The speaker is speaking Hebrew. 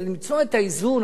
גם למצוא את האיזון,